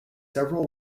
several